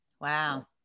wow